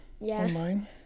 online